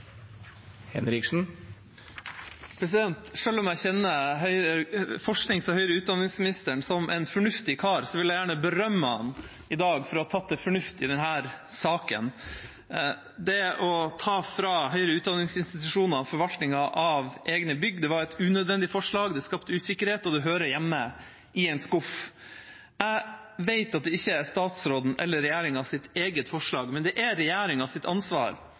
om jeg kjenner forsknings- og høyere utdanningsministeren som en fornuftig kar, vil jeg gjerne berømme ham i dag for å ha tatt til fornuft i denne saken. Å ta ifra høyere utdanningsinstitusjoner forvaltningen av egne bygg var et unødvendig forslag. Det skapte usikkerhet, og det hører hjemme i en skuff. Jeg vet at det ikke er statsrådens eller regjeringas eget forslag, men det er regjeringas ansvar at sektoren har levd i uvisshet i ett år etter at regjeringa